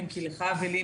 אם כי לך ולי,